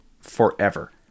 forever